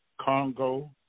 Congo